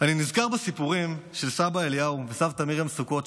אני נזכר בסיפורים של סבא אליהו וסבתא מרים סוכות,